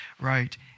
right